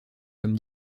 comme